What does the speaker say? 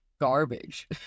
garbage